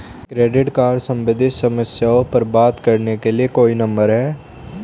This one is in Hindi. क्रेडिट कार्ड सम्बंधित समस्याओं पर बात करने के लिए कोई नंबर है?